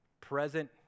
present